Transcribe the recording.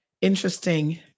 Interesting